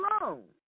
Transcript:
alone